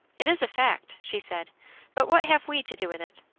it is a fact, she said but what have we to do with it?